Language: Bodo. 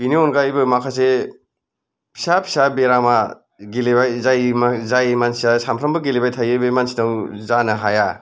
बेनि अनगायैबो माखासे फिसा फिसा बेरामा गेलेनाय जाय मानसिया सानफ्रोमबो गेलेबाय थायो बे मानसिनाव जानो हाया